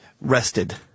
rested